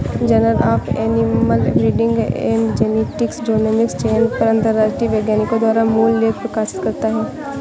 journal of animal breeding and genetics genomic चयन पर अंतरराष्ट्रीय वैज्ञानिकों द्वारा मूल लेख प्रकाशित करता है